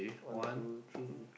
one two